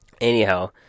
anyhow